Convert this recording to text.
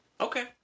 Okay